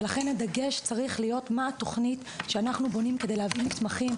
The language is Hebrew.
ולכן הדגש צריך להיות מה התוכנית שאנחנו בונים כדי להביא מתמחים,